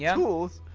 yeah tools!